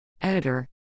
Editor